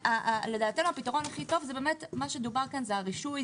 לדעתנו הפתרון הכי טוב הוא מה שדובר - הרישוי,